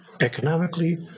economically